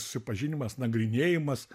susipažinimas nagrinėjimas